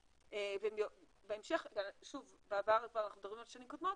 אנחנו מדברים על שנים קודמות,